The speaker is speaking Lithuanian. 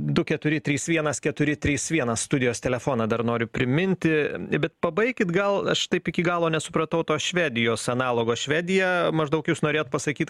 du keturi trys vienas keturi trys vienas studijos telefoną dar noriu priminti bet pabaikit gal aš taip iki galo nesupratau to švedijos analogo švedija maždaug jūs norėjot pasakyt